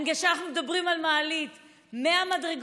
אנחנו מדברים על מעלית מהמדרגות,